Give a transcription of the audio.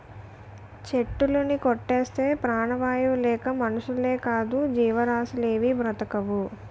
చెట్టులుని కొట్టేస్తే ప్రాణవాయువు లేక మనుషులేకాదు జీవరాసులేవీ బ్రతకవు